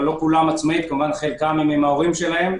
חלקם עם הוריהם.